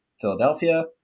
Philadelphia